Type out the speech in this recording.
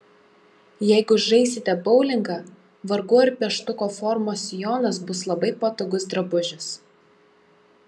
jeigu žaisite boulingą vargu ar pieštuko formos sijonas bus labai patogus drabužis